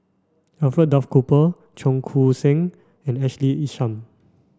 Alfred Duff Cooper Cheong Koon Seng and Ashley Isham